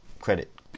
credit